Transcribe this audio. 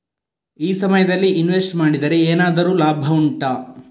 ಈ ಸಮಯದಲ್ಲಿ ಇನ್ವೆಸ್ಟ್ ಮಾಡಿದರೆ ಏನಾದರೂ ಲಾಭ ಉಂಟಾ